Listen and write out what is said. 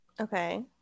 Okay